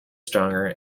stronger